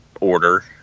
order